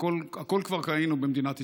הכול כבר ראינו במדינת ישראל.